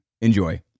Enjoy